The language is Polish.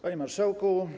Panie Marszałku!